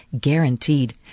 guaranteed